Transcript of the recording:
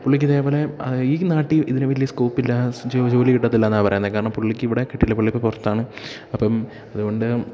പുള്ളിക്കിതേ പോലെ ഈ നാട്ടിൽ ഇതിന് വലിയ സ്കോപ്പില്ല ജോലി കിട്ടത്തില്ലയെന്നാണ് പറയുന്നത് കാരണം പുള്ളിക്കിവിടെ കിട്ടില്ല പുള്ളിയിപ്പം പുറത്താണ് അപ്പം അതു കൊണ്ട്